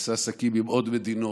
נעשה עסקים עם עוד מדינות,